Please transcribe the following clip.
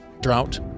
drought